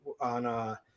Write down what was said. on